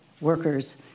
workers